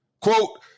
quote